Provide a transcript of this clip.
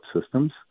systems